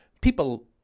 people